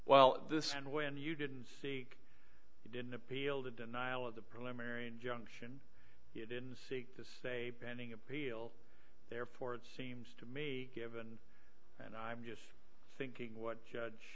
well this and when you didn't seek you didn't appeal to denial of the preliminary injunction you didn't seek to stay pending appeal therefore it seems to me given and i'm just thinking what judge